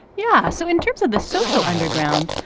yeah so in terms of the social underground,